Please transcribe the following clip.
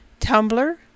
Tumblr